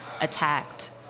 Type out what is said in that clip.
attacked